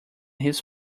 his